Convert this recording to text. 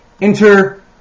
Enter